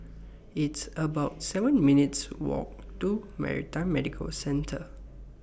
It's about seven minutes' Walk to Maritime Medical Center